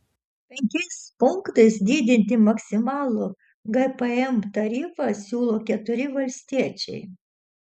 penkiais punktais didinti maksimalų gpm tarifą siūlo keturi valstiečiai